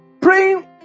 praying